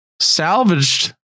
salvaged